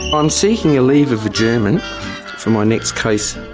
i'm seeking a leave of adjournment for my next case.